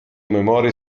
memorie